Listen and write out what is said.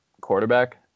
quarterback